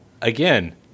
again